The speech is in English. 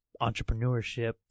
entrepreneurship